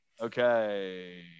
Okay